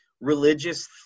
religious